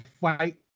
fight